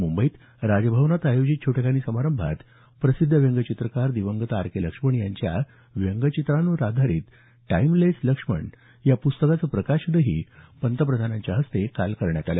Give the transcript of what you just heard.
मुंबईत राजभवनात आयोजित छोटेखानी समारंभात प्रसिद्ध व्यंगचित्रकार दिवंगत आर के लक्ष्मण यांच्या व्यंगचित्रांवर आधारित टाईमलेस लक्ष्मण या प्रस्तकाचं प्रकाशनही पंतप्रधानांच्या हस्ते काल करण्यात आलं